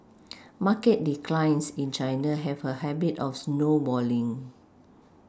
market declines in China have a habit of snowballing